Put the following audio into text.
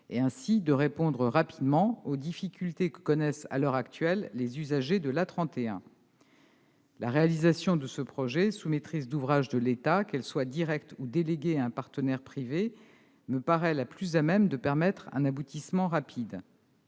et, ainsi, de répondre rapidement aux difficultés que connaissent à l'heure actuelle les usagers de l'A 31. La réalisation de ce projet sous maîtrise d'ouvrage de l'État, que celle-ci soit directe ou déléguée à un partenaire privé, me paraît la plus à même de permettre un aboutissement rapide.